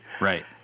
Right